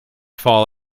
fall